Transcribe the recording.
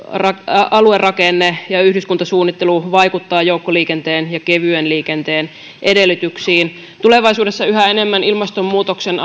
aluerakenne ja yhdyskuntasuunnittelu vaikuttavat joukkoliikenteen ja kevyen liikenteen edellytyksiin tulevaisuudessa yhä enemmän ilmastonmuutoksen